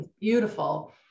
Beautiful